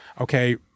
Okay